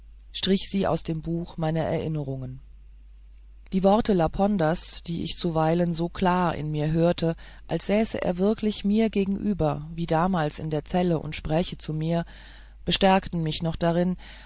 strich sie aus dem buch meiner erinnerungen die worte laponders die ich zuweilen so klar in mir hörte als säße er mir gegenüber wie damals in der zelle und spräche zu mir bestärkten mich darin